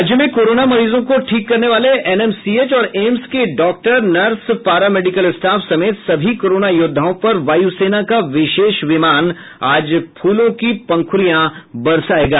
राज्य में कोरोना मरीजों को ठीक करने वाले एनएमसीएच और एम्स के doctor nurse para medical staff समेत सभी कोरोना योद्धाओं पर वायु सेना का विशेष विमान आज फूलों की पंखुड़ियां बरसायेंगा